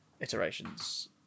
iterations